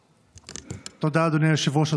תודה, אדוני היושב-ראש.